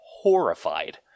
Horrified